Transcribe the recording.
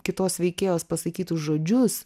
kitos veikėjos pasakytus žodžius